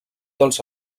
dels